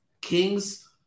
Kings